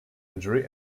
injury